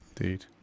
Indeed